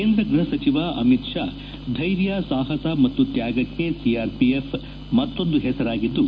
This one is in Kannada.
ಕೇಂದ್ರ ಗ್ಲಪ ಸಚಿವ ಅಮಿತ್ ಶಾ ಧ್ಲೆರ್ಯ ಸಾಪಸ ಮತ್ತು ತ್ನಾಗಕ್ಷೆ ಸಿಆರ್ಪಿಎಫ್ ಮತ್ತೊಂದು ಹೆಸರಾಗಿದ್ದು